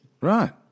Right